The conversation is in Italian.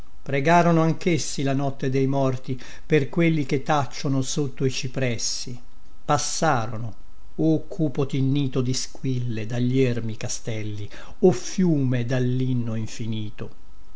pregarono anchessi la notte dei morti per quelli che tacciono sotto i cipressi passarono o cupo tinnito di squille dagli ermi castelli o fiume dallinno infinito